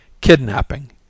Kidnapping